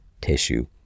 tissue